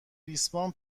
ریسمان